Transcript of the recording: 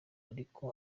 ariko